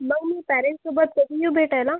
मग मी पॅरेन्टस् सोबत कधी येऊ भेटायला